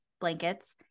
blankets